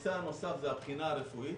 הנושא הנוסף, הבחינה הרפואית.